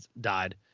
died